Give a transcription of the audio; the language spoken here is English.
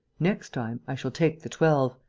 next time, i shall take the twelve.